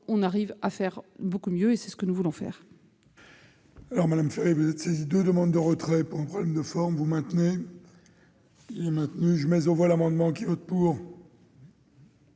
on arrive à faire beaucoup mieux. C'est là ce que nous voulons faire.